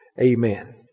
Amen